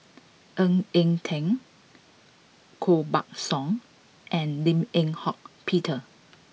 Ng Eng Teng Koh Buck Song and Lim Eng Hock Peter